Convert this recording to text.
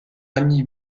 ami